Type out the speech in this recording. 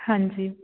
ਹਾਂਜੀ